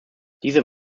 diese